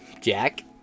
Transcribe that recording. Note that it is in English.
Jack